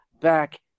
back